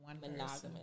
monogamous